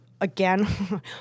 again